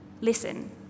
Listen